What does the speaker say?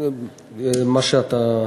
מה שאתה תרצה.